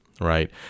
right